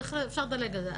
אפשר לדלג על זה.